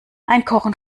einkochen